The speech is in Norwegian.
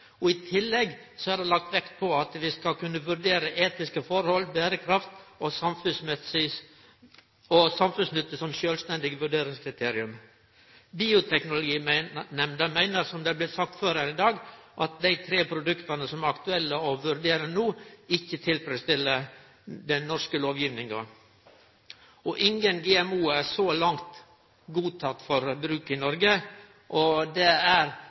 I tillegg er det lagt vekt på at vi skal kunne vurdere etiske forhold, berekraft og samfunnsnytte som sjølvstendige vurderingskriterium. Bioteknologinemnda meiner, som det har blitt sagt før her i dag, at dei tre produkta som er aktuelle å vurdere no, ikkje tilfredsstiller den norske lovgivinga. Ingen GMO-ar er så langt godkjende for bruk i Noreg. Det er ein praksis som det i Soria-Moria-erklæringa er